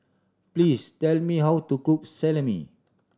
please tell me how to cook Salami